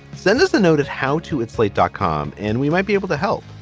send us a notice how to add slate dot com and we might be able to help.